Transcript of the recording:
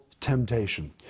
temptation